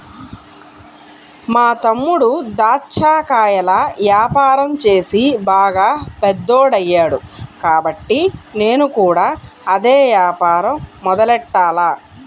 మా తమ్ముడు దాచ్చా కాయల యాపారం చేసి బాగా పెద్దోడయ్యాడు కాబట్టి నేను కూడా అదే యాపారం మొదలెట్టాల